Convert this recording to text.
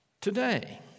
today